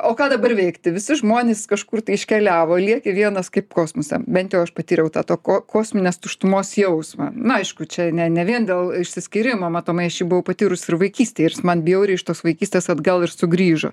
o ką dabar veikti visi žmonės kažkur tai iškeliavo lieki vienas kaip kosmose bent jau aš patyriau tą to ko kosminės tuštumos jausmą na aišku čia ne ne vien dėl išsiskyrimo matomai aš jį buvau patyrusi ir vaikystėje ir jis man bjauriai iš tos vaikystės atgal ir sugrįžo